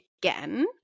again